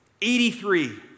83